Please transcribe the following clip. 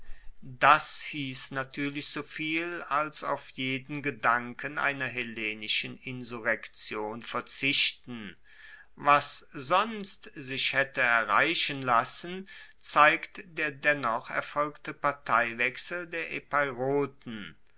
das hiess natuerlich soviel als auf jeden gedanken einer hellenischen insurrektion verzichten was sonst sich haette erreichen lassen zeigt der dennoch erfolgte parteiwechsel der